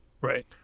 Right